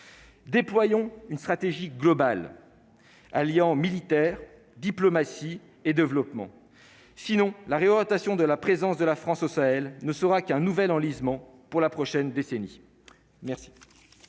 déployons une stratégie globale alliant militaire diplomatie et développement, sinon la réorientation de la présence de la France au Sahel ne sera qu'un nouvel enlisement pour la prochaine décennie.